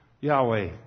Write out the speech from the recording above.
Yahweh